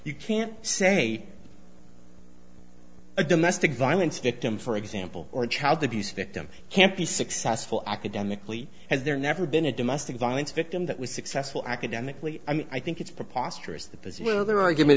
you can't say a domestic violence victim for example or a child abuse victim can't be successful academically as there never been a domestic violence victim that was successful academically i mean i think it's preposterous the position of their argument